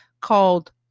called